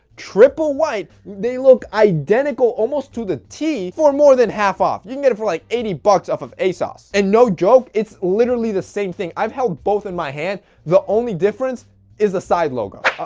triple white, they look identical almost to the tee for more than half off. you can get it for like eighty bucks off of asos and no joke, it's literally the same thing. i've held both in my hand the only difference is the side logo.